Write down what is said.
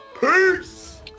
Peace